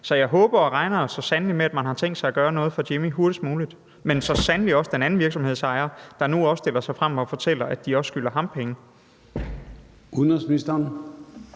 Så jeg håber og regner da så sandelig med, at man har tænkt sig at gøre noget for Jimmi hurtigst muligt, men så sandelig også for den anden virksomhedsejer, der nu også stiller sig frem og fortæller, at de også skylder ham penge. Kl.